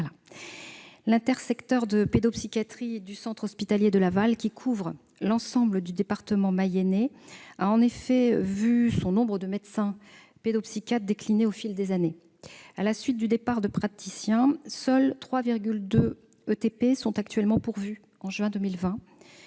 L'intersecteur de pédopsychiatrie du centre hospitalier de Laval, qui couvre l'ensemble du département mayennais, a en effet vu son nombre de médecins pédopsychiatres décliner au fil des années. À la suite du départ de praticiens, seuls 3,2 ETP étaient pourvus en juin 2020,